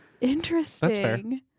Interesting